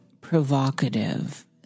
provocative